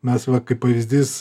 mes va kaip pavyzdys